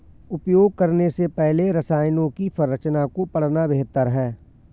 उपयोग करने से पहले रसायनों की संरचना को पढ़ना बेहतर है